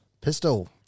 Pistol